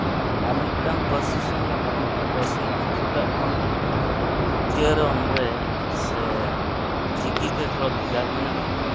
ᱟᱨᱢᱤᱫᱴᱟᱱ ᱯᱟᱹᱨᱥᱤ ᱥᱚᱝᱜᱮ ᱟᱨ ᱢᱤᱫᱴᱟᱱ ᱯᱟᱹᱨᱥᱤ ᱠᱤᱪᱷᱩᱴᱟ ᱦᱚᱸ ᱩᱪᱪᱟᱨᱚᱱ ᱨᱮ ᱥᱮ ᱪᱤᱠᱤᱛᱮ ᱛᱷᱚᱲᱟ ᱵᱷᱮᱜᱟᱨ ᱢᱮᱱᱟᱜᱼᱟ